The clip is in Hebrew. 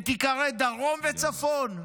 ושתיקרא דרום וצפון?